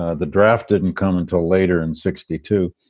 ah the draft didn't come until later in sixty two.